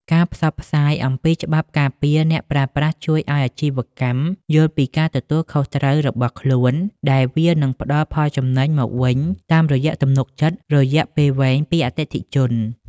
ការផ្សព្វផ្សាយអំពីច្បាប់ការពារអ្នកប្រើប្រាស់ជួយឱ្យអាជីវកម្មយល់ពីការទទួលខុសត្រូវរបស់ខ្លួន ដែលវានឹងផ្ដល់ផលចំណេញមកវិញតាមរយៈទំនុកចិត្តរយៈពេលវែងពីអតិថិជន។